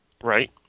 Right